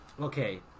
okay